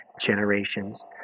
generations